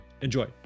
enjoy